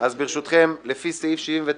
אז ברשותכם, לפי סעיף 79(ג)